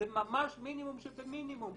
זה ממש מינימום שבמינימום.